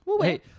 hey